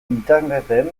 interneten